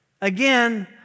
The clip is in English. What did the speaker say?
again